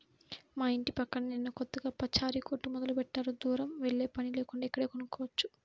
మా యింటి పక్కనే నిన్న కొత్తగా పచారీ కొట్టు మొదలుబెట్టారు, దూరం వెల్లేపని లేకుండా ఇక్కడే కొనుక్కోవచ్చు